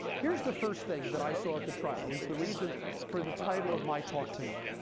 here's the first thing that i saw at the trial. it's the reason for the title of my talk tonight.